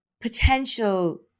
potential